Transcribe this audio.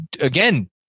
again